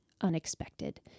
unexpected